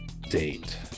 date